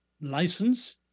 license